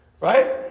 Right